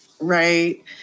Right